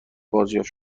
بازیافت